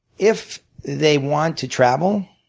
if they want to travel,